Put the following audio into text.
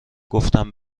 گفتم